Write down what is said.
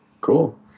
cool